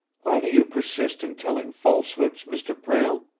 why do you persist in telling falsehoods, mr. prale.